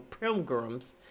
pilgrims